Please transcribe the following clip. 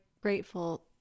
grateful